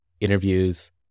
interviews